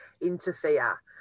interfere